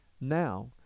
Now